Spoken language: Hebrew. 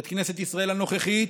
את כנסת ישראל הנוכחית